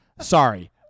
Sorry